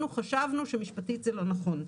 אנחנו חשבנו שמשפטית זה לא נכון.